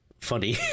funny